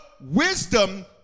wisdom